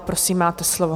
Prosím, máte slovo.